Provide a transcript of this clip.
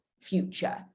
future